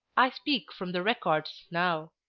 i speak from the records now.